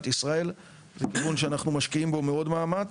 ישראל זה כיוון שאנחנו משקיעים בו מאוד מאמץ.